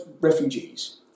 refugees